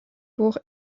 pour